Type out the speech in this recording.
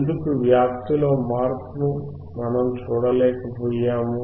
ఎందుకు వ్యాప్తిలో మార్పును మనంచూడలేకపోయాము